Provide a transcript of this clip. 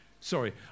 sorry